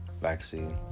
vaccine